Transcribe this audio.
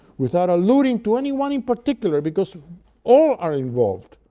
without alluding to anyone in particular because all are involved.